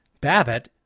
Babbitt